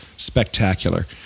spectacular